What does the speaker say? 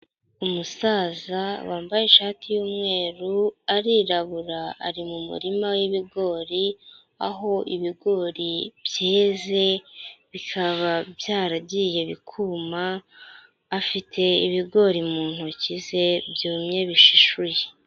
Umusaza wambaye ishati y'umweru arirabura ari mu murima w'ibigori, aho ibigori byeze bikaba byaragiye bikuma, afite ibigori mu ntoki ze byumye bishishuye.